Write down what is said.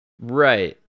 Right